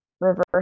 reverse